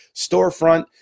storefront